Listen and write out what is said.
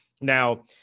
Now